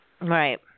Right